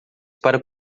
para